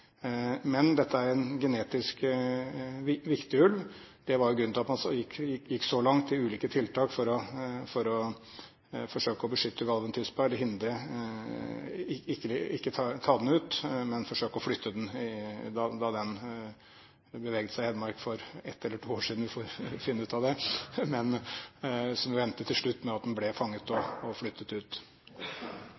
Men dette er en genetisk viktig ulv. Det var jo grunnen til at man gikk så langt med ulike tiltak for å forsøke å beskytte Galven-tispa, ikke ta den ut, men forsøke å flytte den, da den beveget seg i Hedmark for et eller to år siden. Vi får finne ut av det, men det endte jo til slutt med at den ble fanget og